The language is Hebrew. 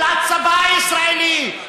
של הצבא הישראלי,